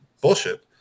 bullshit